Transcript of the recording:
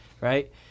right